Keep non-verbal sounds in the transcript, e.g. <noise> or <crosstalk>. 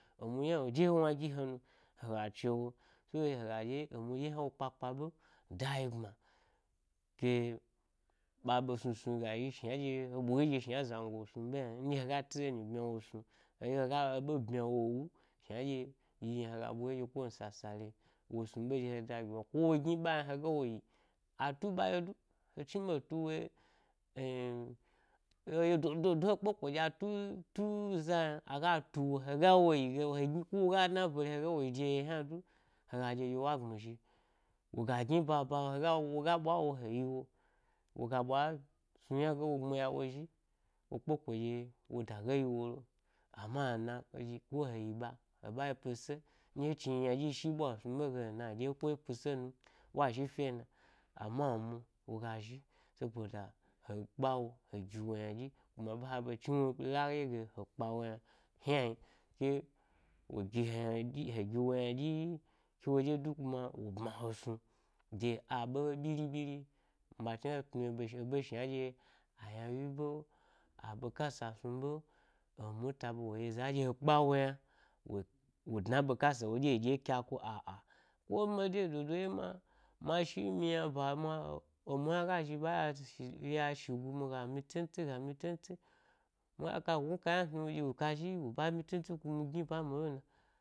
Emu yna wo de wo wna gi he nu hega chewo <unintelligible> hega ɗye emu ɗye yna wo kpa. Kpa ɓe dayi gbma, de-ba snu snug a yi shna ɗye he bwa yeɗye shna zango snu ɓe yna nɗye hega tireni bmyawo snu. eɗye ega eɓe ɓmya wow u shna ɗye yi yna hega ɓwa wo ye ɗye he da gi wo ko wo gniba yna hega wo yi, a tuba ye du, he chni be he tu wo ye eh-eh-eya dôdô do he kpeko a tu, tu? Za yna agatu wo hega wo yi ge hegni-ko woga dna e bare’o hega yi de eye hna-du hega ɗye ɗye wa gbmi zhi woga gni baba hega woga ɓwa wo he yi wo, wo ga ɓwa snu yna ge wo gbmi ya wo zhi wo kpeko ɗye wo dage yi wo lo, amm ena <unintelligible> ko he yi ba eɓa yi pisso ndye he chni yi yna ɗyi shi’ ɓwa he snu’ ɓe ge ena ɗye ko pise num wa zhi fye na amma emu woga zhi saboda he kpa wu he gi wo ynaɗyi kuma ɓe haɓe chni wo la ye ge he kpa yna ynan ke wo gi he yna ɗyi, he giwo yna dyi-ke wo ɗye du kuma wo bmahe snu de aɓe ɓyiri ɓyiri nɓa chna tnuye ɓe eɓe shna ɗye a ynawyi be, a bekasa snu ɓe, emu taba wo ye za nɗye he kpa wo yna wo, wo dna be kasa wo dye dye kyaku â â ko ma deyi dodo ɗye ma, ma shi myi yna ba me mu hna go zhi ɓa ya shi ya shi gunu ga myi tsantsi ga myi tsentsi myi ku wok a ynasnu ɗye wok a zhi wo ɓa myi tsentsi kumi gni ba hni ɓe hna na.